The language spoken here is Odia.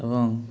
ଏବଂ